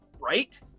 Right